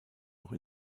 noch